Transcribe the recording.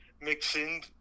mixing